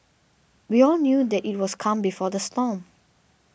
we all knew that it was calm before the storm